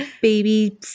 Baby